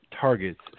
targets